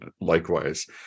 Likewise